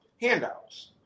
handouts